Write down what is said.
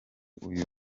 uyu